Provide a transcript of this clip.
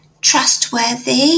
trustworthy